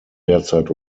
derzeit